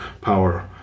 power